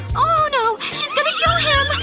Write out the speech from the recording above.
ohhh no! she's going to show him!